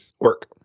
Work